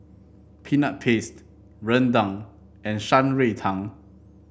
Peanut Paste rendang and Shan Rui Tang